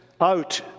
out